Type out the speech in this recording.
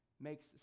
makes